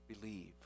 Believe